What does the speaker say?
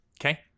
okay